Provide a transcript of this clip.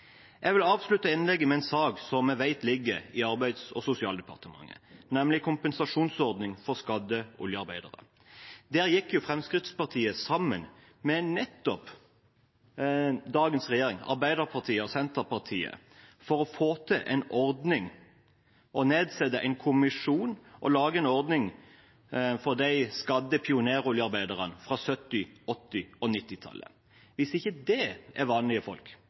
Jeg vil avslutte innlegget med en sak som jeg vet ligger i Arbeids- og sosialdepartementet, nemlig kompensasjonsordning for skadde oljearbeidere. Der gikk Fremskrittspartiet sammen med nettopp dagens regjeringspartier, Arbeiderpartiet og Senterpartiet, for å nedsette en kommisjon og lage en ordning for de skadde pionéroljearbeiderne fra 1970-, 1980- og 1990-tallet. Hvis ikke det er vanlige folk,